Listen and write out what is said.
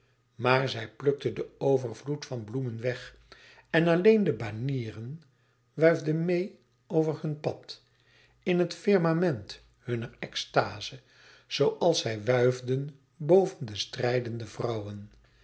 maar zij plukte den overvloed van bloemen weg en alleen de banieren wuifden meê over hun pad in het firmament hunner extaze zooals zij wuifden boven de strijdende vrouwen